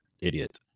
idiot